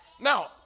Now